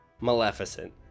maleficent